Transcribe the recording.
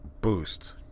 boost